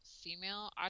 female